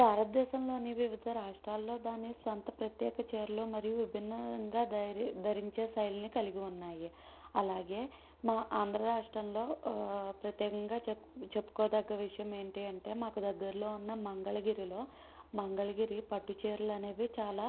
భారతదేశంలోని వివిధ రాష్ట్రాల్లో దాని సొంత ప్రత్యేక చీరలు మరియు విభిన్నంగా ధరి ధరించే శైలిని కలిగి ఉన్నాయి అలాగే మా ఆంధ్ర రాష్ట్రంలో ప్రత్యేకంగా చెప్పు చెప్పుకోదగ్గ విషయం ఏంటి అంటే మాకు దగ్గరలో ఉన్న మంగళగిరిలో మంగళగిరి పట్టుచీరలు అనేవి చాలా